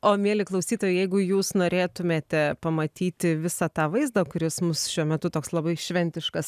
o mieli klausytojai jeigu jūs norėtumėte pamatyti visą tą vaizdą kuris mus šiuo metu toks labai šventiškas